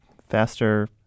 faster